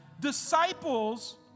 Disciples